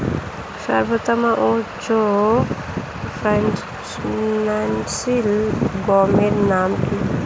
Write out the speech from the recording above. সর্বোত্তম ও উচ্চ ফলনশীল গমের নাম কি?